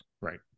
Right